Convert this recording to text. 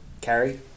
Carrie